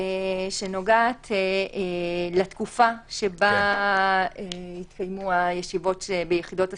שנוגעת לתקופה שבה התקיימו הישיבות ביחידות הסיוע.